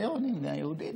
(אומר בערבית: הישות הציונית,) מדינה יהודית,